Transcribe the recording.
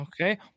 Okay